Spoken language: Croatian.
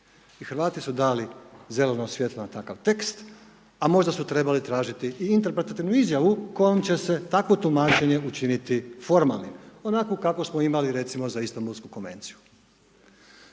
Hrvati su dali zeleno svjetlo na takav tekst, a možda su trebali tražiti i interpretativnu izjavu kojom će se takvo tumačenje učiniti formalnim, onakvo kakvo smo imali, recimo za Istambulsku Konvenciju.